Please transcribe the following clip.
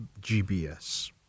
GBS